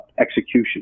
execution